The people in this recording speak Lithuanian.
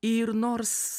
ir nors